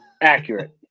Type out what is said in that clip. Accurate